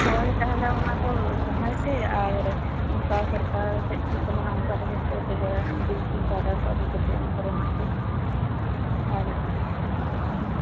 ᱦᱳᱭ ᱛᱟᱦᱚᱞᱮ ᱚᱱᱟᱠᱚ ᱥᱟᱯᱷᱟᱭ ᱯᱮ ᱟᱨ ᱚᱱᱠᱟ ᱥᱚᱨᱠᱟᱨ ᱥᱮᱫ ᱠᱷᱚᱱ ᱡᱟᱦᱟᱸᱱᱟᱜ ᱚᱱᱠᱟ ᱵᱮᱵᱚᱥᱛᱷᱟᱭ ᱯᱮ ᱚᱱᱟ ᱵᱤᱞᱪᱤᱝ ᱯᱟᱣᱰᱟᱨ ᱠᱚ ᱟᱹᱜᱩ ᱠᱟᱛᱮᱫ ᱚᱱᱟ ᱠᱚᱨᱮ ᱮᱢᱟᱜ ᱯᱮ ᱟᱨ ᱦᱤᱡᱩ